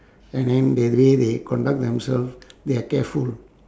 and then the way they conduct themselves they are careful